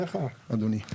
אליך, אדוני.